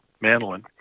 mandolin